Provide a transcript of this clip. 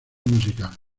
musical